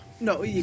No